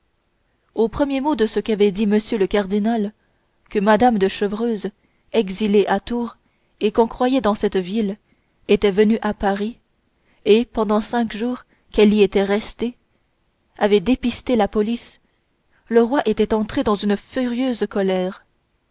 au premier mot de ce qu'avait dit m le cardinal que mme de chevreuse exilée à tours et qu'on croyait dans cette ville était venue à paris et pendant cinq jours qu'elle y était restée avait dépisté la police le roi était entré dans une furieuse colère